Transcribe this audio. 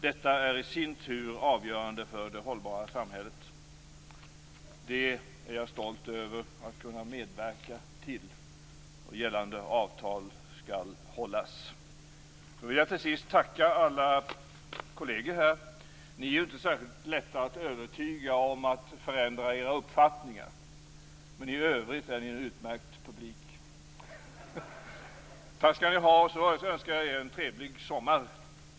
Detta är i sin tur avgörande för det hållbara samhället. Det är jag stolt över att kunna medverka till. Gällande avtal skall hållas. Jag vill till sist tacka alla kolleger. Ni är inte särskilt lätta att övertyga om att förändra era uppfattningar, men i övrigt är ni en utmärkt publik. Tack skall ni ha, och så önskar jag er en trevlig sommar!